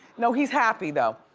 no, he's happy though.